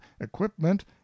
equipment